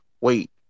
wait